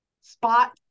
spot